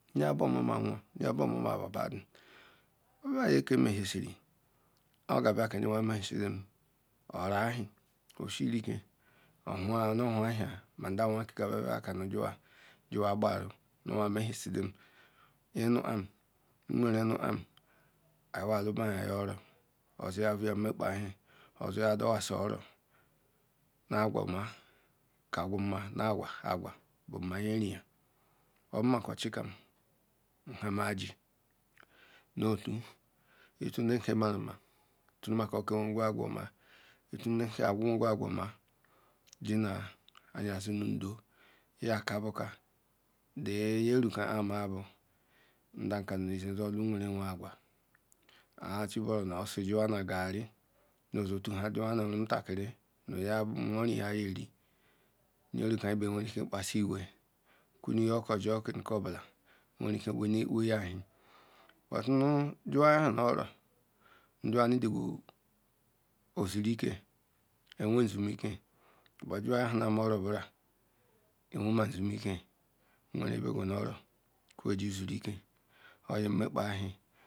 na ya bu omamara nwe nu ya bu omamara badu obular ye ke ameohele o ga na ke nile niya emeh chlem orahe o stirike divah onu owaheya ma nda nwe ke kam ya ma kalun juwa jiwa baru nu wa emishidem nye nu am nwere nu am, ayi wa lubiya rime oro osiya voya imkpa neh osiya dowa si oro nu agwa ma ka gu ma, nu agwa agwa bu ma nye riyah o bu masi orah kam bu ha ma ji nu tu, etu le ki wehuru agwa oma ji na ya si nudo e ya kabuka, le nye ruka ria ma bu, ndu ki ni esah su odu newere nwe ngwa aa chi buru nu osisi wa ji wa na gari nse otu ha juwa nu rumu ta kari nu ya nwo riyah ye eri nge ruka wrike pasi ewea ku ru okwa ju ke ni ku bula arike eivea ha. maka ju wa yahaya ore ju wa owe o zuru ude owen zumike, un iri me ore bula ewe ma zumike newere bi gu nu ore ye ju zuru ike